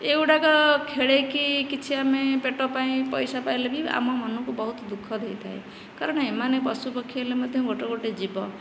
ଏହି ଗୁଡ଼ାକ ଖେଳେଇକି କିଛି ଆମେ ପେଟ ପାଇଁ ପଇସା ପାଇଲେ ବି ଆମ ମନକୁ ବହୁତ ଦୁଃଖ ଦେଇଥାଏ କାରଣ ଏମାନେ ପଶୁପକ୍ଷୀ ହେଲେ ମଧ୍ୟ ଗୋଟିଏ ଗୋଟିଏ ଜୀବ